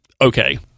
okay